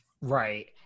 Right